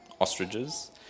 ostriches